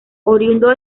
oriundo